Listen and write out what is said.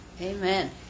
Amen